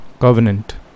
covenant